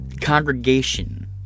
congregation